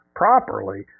properly